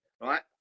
right